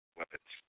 weapons